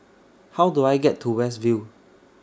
How Do I get to West View